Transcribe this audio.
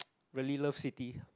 really love city